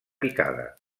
picada